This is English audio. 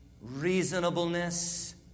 reasonableness